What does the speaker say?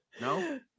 No